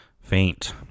faint